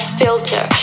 filter